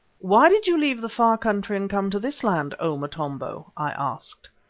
why did you leave the far country and come to this land, o motombo? i asked.